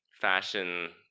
Fashion